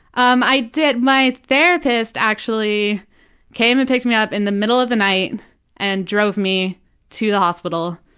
um i did, my therapist actually came and picked me up in the middle of the night and drove me to the hospital.